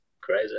crazy